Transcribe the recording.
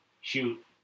Shoot